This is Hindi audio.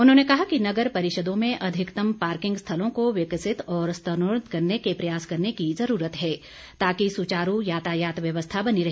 उन्होंने कहा कि नगर परिषदों में अधिकतम पार्किंग स्थलों को विकसित और स्तरोन्नत करने के प्रयास करने की ज़रूरत है ताकि सुचारू यातायात व्यवस्था बनी रहे